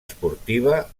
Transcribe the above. esportiva